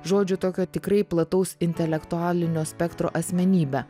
žodžiu tokio tikrai plataus intelektualinio spektro asmenybė